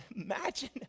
Imagine